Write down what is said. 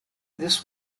this